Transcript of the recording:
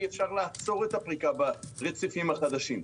אי אפשר לעצור את הפריקה ברציפים החדשים.